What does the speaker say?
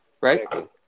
Right